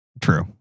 True